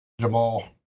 Jamal